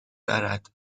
برد